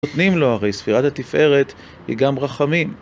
נותנים לו, הרי ספירת התפארת היא גם רחמים.